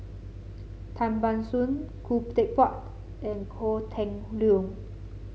Tan Ban Soon Khoo Teck Puat and Kok Leun